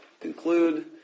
conclude